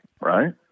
right